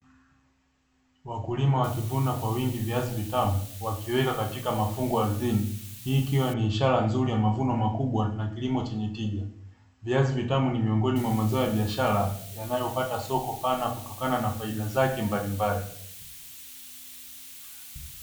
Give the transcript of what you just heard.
Wakulima wakivuna kwa wingi viazi vitamu, wakiweka katika mafungu ardhini. Hii ikiwa ni ishara nzuri ya mavuno makubwa na kilimo chenye tija. Viazi vitamu ni miongoni mwa mazao ya bishara yanayopata soko pana kutokana na faida zake mbalimbali.